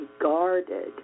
guarded